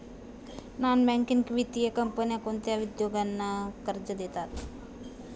Non banking वित्तीय कंपन्या कोणत्या उद्योगांना कर्ज देतात?